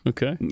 Okay